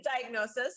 diagnosis